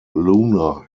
lunar